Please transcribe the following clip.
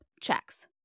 checks